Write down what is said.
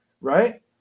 Right